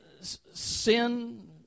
sin